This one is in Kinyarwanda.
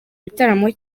bitaramo